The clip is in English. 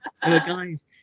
guys